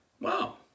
Wow